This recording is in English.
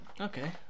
Okay